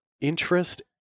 interest